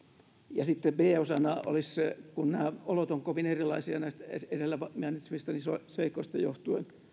ja sitten b osa voisi olla kun nämä olot ovat kovin erilaisia näistä edellä mainitsemistani seikoista johtuen